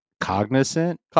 Cognizant